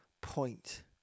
point